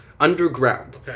Underground